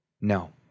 no